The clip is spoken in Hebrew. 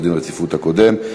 לדין הרציפות הקודם.